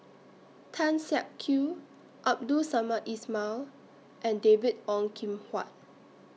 Tan Siak Kew Abdul Samad Ismail and David Ong Kim Huat